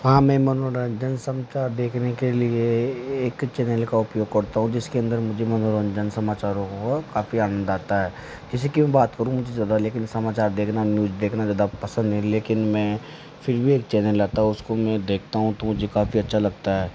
हाँ मैं मनोरंजन समाचार देखने के लिए एक चैनल का उपयोग करता हूँ जिसके अंदर मुझे मनोरंजन समाचार हों काफ़ी आनंद आता है किसी की भी बात करूँ मुझे ज़्यादा लेकिन समाचार देखना न्यूज़ देखना ज़्यादा पसंद नहीं लेकिन मैं फिर भी एक चैनल आता है उसको मैं देखता हूँ तो मुझे काफ़ी अच्छा लगता है